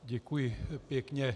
Děkuji pěkně.